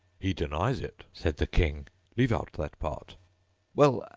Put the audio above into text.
he denies it said the king leave out that part well,